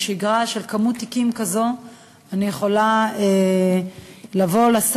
בשגרה של כמות תיקים כזו אני יכולה תמיד לבוא